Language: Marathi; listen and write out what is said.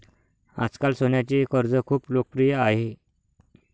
आजकाल सोन्याचे कर्ज खूप लोकप्रिय आहे